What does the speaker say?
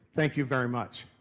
thank you very much.